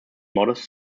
modest